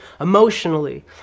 emotionally